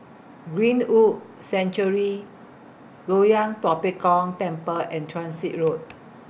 Greenwood Sanctuary Loyang Tua Pek Kong Temple and Transit Road